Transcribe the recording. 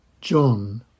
John